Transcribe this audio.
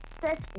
Set